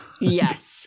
Yes